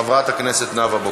חברת הכנסת נאוה בוקר.